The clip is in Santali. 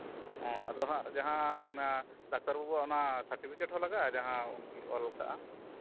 ᱚ ᱟᱫᱚ ᱦᱟᱜ ᱚᱱᱟ ᱡᱟᱸᱦᱟ ᱰᱟᱠᱛᱟᱨ ᱵᱟᱹᱵᱩ ᱟᱜ ᱥᱟᱨᱴᱤᱯᱷᱤᱠᱮᱴ ᱦᱚᱸ ᱞᱟᱜᱟᱜᱼᱟ ᱡᱟᱦᱟᱸ ᱩᱱᱤᱭ ᱚᱞ ᱟᱠᱟᱫᱼᱟ